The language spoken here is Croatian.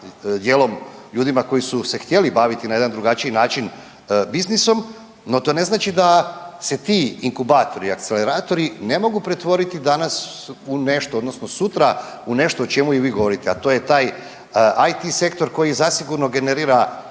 ljudima koji su se htjeli baviti na jedan drugačiji način biznisom, no to ne znači da se ti inkubatori i akceleratori ne mogu pretvoriti danas u nešto odnosno sutra u nešto o čemu i vi govorite, a to je taj IT sektor koji zasigurno generira